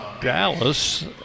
Dallas